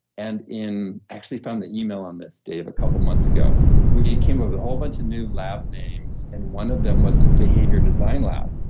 and actually found that email on this, dave, a couple months ago we came up with a whole bunch of new lab names and one of them was the behavior design lab.